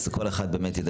אז באמת כל אחד ידבר.